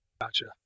Gotcha